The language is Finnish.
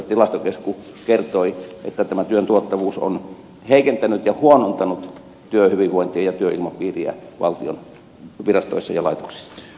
tilastokeskus kertoi että tämä työn tuottavuus on heikentänyt ja huonontanut työhyvinvointia ja työilmapiiriä valtion virastoissa ja laitoksissa